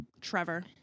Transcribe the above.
Trevor